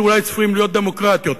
שאולי צפויים להיות דמוקרטיות,